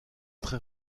très